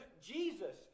Jesus